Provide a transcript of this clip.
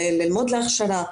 ללמוד הכשרה,